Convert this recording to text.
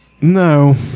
No